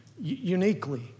uniquely